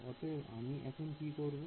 অতএব আমি এখন কি করবো